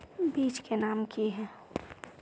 बीज के नाम की है?